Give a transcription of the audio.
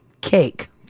Cake